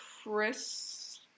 Chris